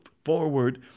forward